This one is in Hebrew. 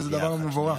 וזה דבר מבורך.